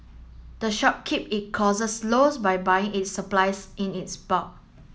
the shop keep it costs lows by buying its supplies in its bulk